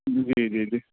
جی جی جی